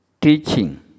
Teaching